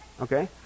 Okay